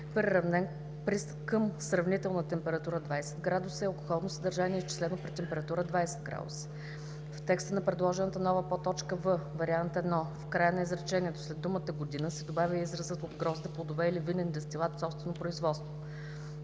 приравнен към сравнителна температура 20°С и алкохолно съдържание, изчислено при температура 20°С“; - в текста на предложената нова подточка „в“ (Вариант 1) в края на изречението, след думата „година“, се добавя изразът „от грозде, плодове или винен дестилат – собствено производство“;